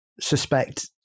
suspect